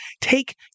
take